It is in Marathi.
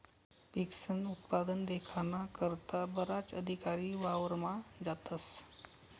पिकस्नं उत्पादन देखाना करता बराच अधिकारी वावरमा जातस